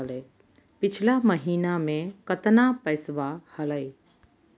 पिछला महीना मे कतना पैसवा हलय?